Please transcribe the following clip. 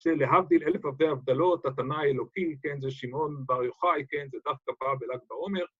‫זה להבדיל אלף אלפי הבדלות, ‫התנא האלוקי, כן? ‫זה שמעון בר יוחאי, כן? ‫זה דווקא בא בל״ג בעומר.